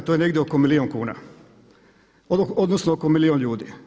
To je negdje oko milijun kuna, odnosno oko milijun ljudi.